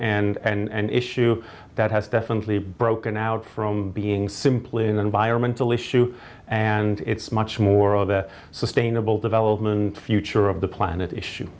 and issue that has definitely broken out from being simply an environmental issue and it's much more of a sustainable development future of the planet issue